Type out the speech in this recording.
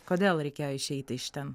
kodėl reikėjo išeiti iš ten